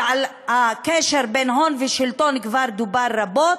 ועל הקשר בין הון לשלטון כבר דובר רבות,